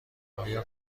آیا